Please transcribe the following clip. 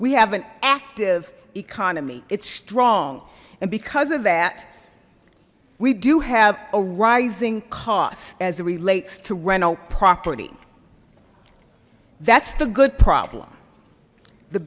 we have an active economy it's strong and because of that we do have a rising cost as it relates to rental property that's the good problem the